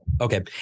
Okay